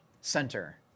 center